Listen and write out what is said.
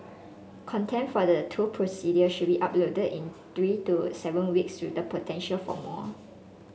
content for the two procedures should be uploaded in three to seven weeks with the potential for more